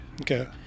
Okay